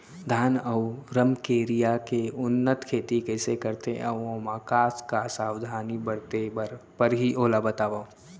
धान अऊ रमकेरिया के उन्नत खेती कइसे करथे अऊ ओमा का का सावधानी बरते बर परहि ओला बतावव?